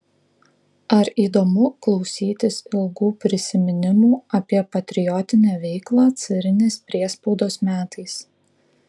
ar įdomu klausytis ilgų prisiminimų apie patriotinę veiklą carinės priespaudos metais